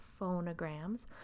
phonograms